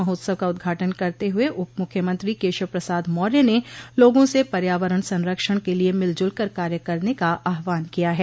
महोत्सव का उद्घाटन करते हुए उप मुख्यमंत्री केशव प्रसाद मौर्य ने लोगों से पर्यावरण संरक्षण के लिये मिल जुलकर कार्य करने का आहवान किया है